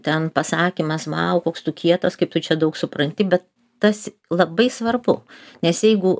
ten pasakymas vau koks tu kietas kaip tu čia daug supranti bet tas labai svarbu nes jeigu